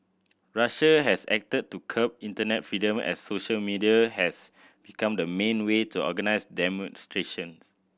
Russia has acted to curb internet freedom as social media has become the main way to organise demonstrations